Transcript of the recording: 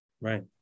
Right